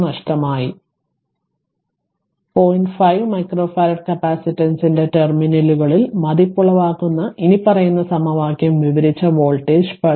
5 microfarad കപ്പാസിറ്ററിന്റെ ടെർമിനലുകളിൽ മതിപ്പുളവാക്കുന്ന ഇനിപ്പറയുന്ന സമവാക്യം വിവരിച്ച വോൾട്ടേജ് പൾസ്